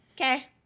Okay